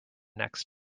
next